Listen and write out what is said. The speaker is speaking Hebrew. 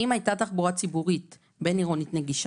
אם הייתה תחבורה ציבורית בין-עירונית נגישה,